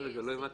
לא הבנתי.